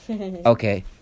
okay